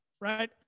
right